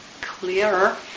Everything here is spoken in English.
clearer